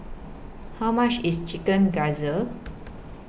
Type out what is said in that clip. How much IS Chicken Gizzard